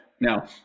Now